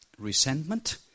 Resentment